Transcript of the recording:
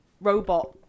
robot